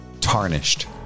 Tarnished